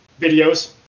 Videos